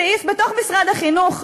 סעיף בתוך תקציב משרד החינוך,